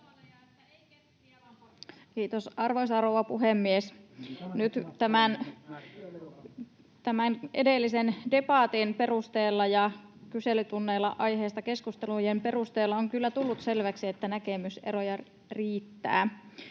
Kiitos, arvoisa rouva puhemies! Nyt tämän edellisen debatin perusteella ja kyselytunneilla aiheesta käytyjen keskustelujen perusteella on kyllä tullut selväksi, että näkemyseroja riittää.